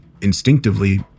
instinctively